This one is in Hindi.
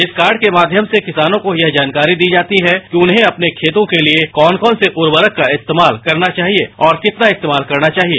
इस कार्ड के माध्यम से किसानों को यह जानकारी दी जाती है कि उन्हें अपने खतों के लिए कौन कौन से उर्वरक का इस्तेमाल करना चाहिए और कितना इस्तेमाल करना चाहिए